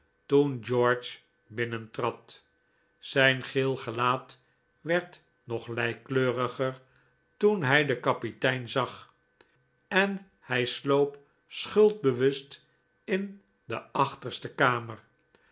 toen george binnentrad zijn geel gelaat werd nog lijkkleuriger toen hij den kapitein zag en hij sloop schuldbewust in de achterste kamer